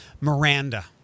Miranda